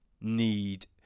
need